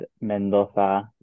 Mendoza